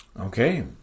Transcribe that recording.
Okay